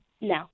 No